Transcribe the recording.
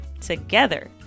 together